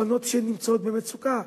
בנות שנמצאות במצוקה.